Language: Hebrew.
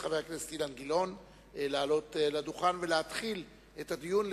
חבר הכנסת אילן גילאון לעלות לדוכן ולהתחיל את הדיון.